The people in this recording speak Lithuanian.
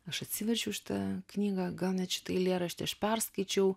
aš atsiverčiau šitą knygą gal net šitą eilėraštį aš perskaičiau